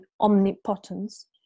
omnipotence